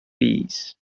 bees